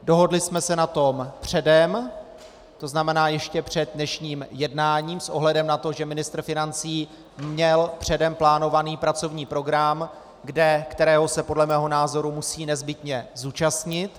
Dohodli jsme se na tom předem, to znamená ještě před dnešním jednáním, s ohledem na to, že ministr financí měl předem plánovaný pracovní program, kterého se podle mého názoru musí nezbytně zúčastnit.